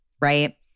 right